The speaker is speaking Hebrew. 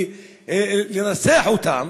לנצח אותם,